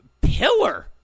pillar